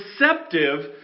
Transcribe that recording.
receptive